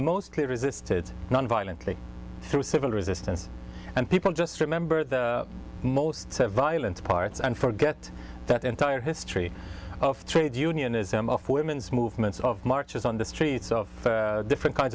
mostly resisted nonviolently through civil resistance and people just remember the most violent parts and forget that entire history of trade unionism of women's movements of marches on the streets of different kinds